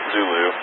Zulu